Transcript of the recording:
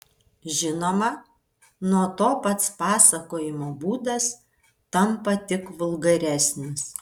žinoma nuo to pats pasakojimo būdas tampa tik vulgaresnis